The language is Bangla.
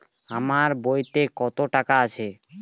আমার বইতে কত টাকা আছে?